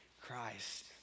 Christ